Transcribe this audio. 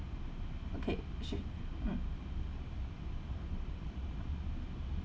okay should mm